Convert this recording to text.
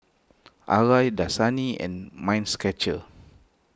Arai Dasani and Mind Stretcher